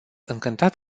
încântat